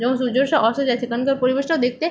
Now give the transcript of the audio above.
যখন সূর্য অস্ত যায় সেখানকার পরিবেশটাও দেখতে